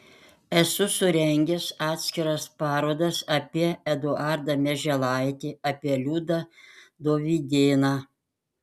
esu surengęs atskiras parodas apie eduardą mieželaitį apie liudą dovydėną